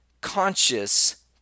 conscious